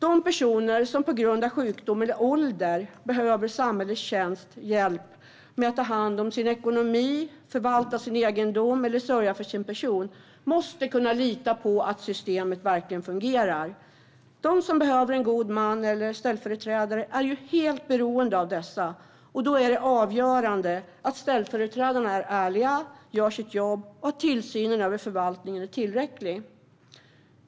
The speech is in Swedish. De personer som på grund av sjukdom eller ålder behöver samhällets hjälp att ta hand om sin ekonomi, förvalta sin egendom eller sörja för sin person måste kunna lita på att systemet verkligen fungerar. De som behöver en god man eller en ställföreträdare är ju helt beroende av dessa, och då är det avgörande att ställföreträdarna är ärliga och gör sitt jobb samt att tillsynen över förvaltningen är tillräcklig.